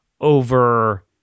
over